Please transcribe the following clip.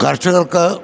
കർഷകർക്ക്